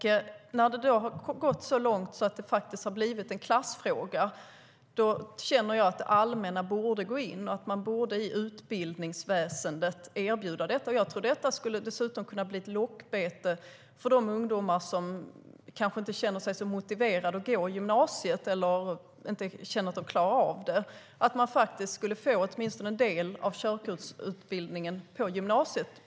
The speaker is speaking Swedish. När det har gått så långt att det faktiskt har blivit en klassfråga känner jag att det allmänna borde gå in. Man borde erbjuda detta inom utbildningsväsendet. Det skulle kunna vara ett lockbete för ungdomar som inte känner sig motiverade att gå i gymnasiet eller känner att de inte klarar av det. De skulle kunna få åtminstone en del av körkortsutbildningen i gymnasiet.